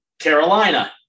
Carolina